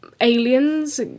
aliens